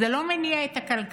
זה לא מניע את הכלכלה.